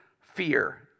fear